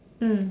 mm